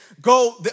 go